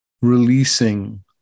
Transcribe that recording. releasing